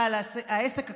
בעל העסק הקטן,